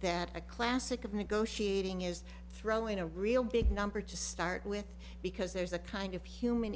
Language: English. that a classic of negotiating is throwing a real big number to start with because there's a kind of human